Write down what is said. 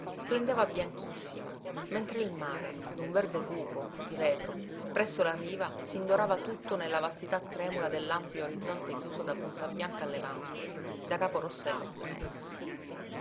splendeva bianchissima mentre il mare d'un verde cupo di vetro presso la riva s'indorava tutto nella vastità tremula dell'ampio orizzonte chiuso da punta bianca a levante da capo rossello a ponente